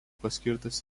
paskirtas